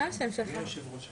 מה שאמרת הוא חשוב מאוד.